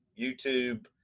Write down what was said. YouTube